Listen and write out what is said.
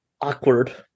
awkward